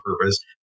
purpose